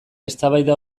eztabaida